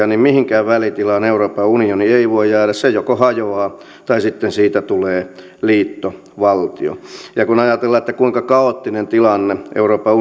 niin mihinkään välitilaan euroopan unioni ei voi jäädä se joko hajoaa tai sitten siitä tulee liittovaltio ja kun ajatellaan sitä kuinka kaoottinen tilanne euroopan